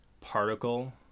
particle